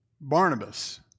Barnabas